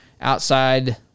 outside